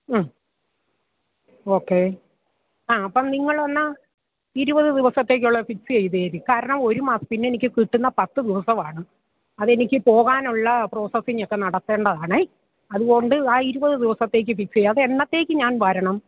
ആ ഓക്കെ ആ അപ്പം നിങ്ങൾ എന്നാൽ ഇരുപത് ദിവസത്തേക്കുള്ളത് ഫിക്സ്യ്തേര് കാരണം ഒരു മാസം പിന്നെ എനിക്ക് കിട്ടുന്ന പത്ത് ദിവസമാണ് അതെനിക്ക് പോകാനുള്ള പ്രോസസ്സിംഗ് ഒക്കെ നടക്കേണ്ടതാണ് അതുകൊണ്ട് ആ ഇരുപത് ദിവസത്തേക്ക് ഫിക്സ് ചെയ്യാം അത് എന്നത്തേക്ക് ഞാൻ വരണം